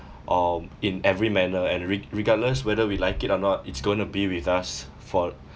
um in every manner and re~ regardless whether we like it or not it's going to be with us for